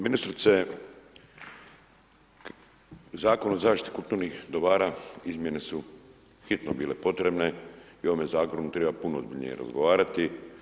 Ministrice, Zakon o zaštiti kulturnih dobara, izmjene su hitno bile potrebne i ovome zakonu treba puno ozbiljnije razgovarati.